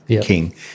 king